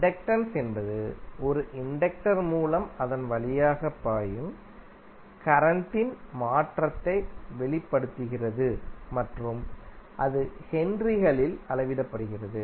inductance என்பது ஒரு inductor மூலம் அதன் வழியாக பாயும் கரண்டின் மாற்றத்தை வெளிப்படுத்துகிறது மற்றும் அது ஹென்றிகளில் அளவிடப்படுகிறது